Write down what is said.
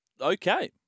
Okay